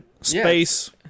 space